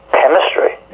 chemistry